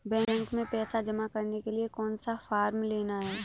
Bank में पैसा जमा करने के लिए कौन सा फॉर्म लेना है?